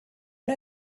one